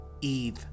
Eve